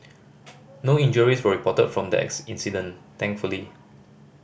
no injuries were reported from the incident thankfully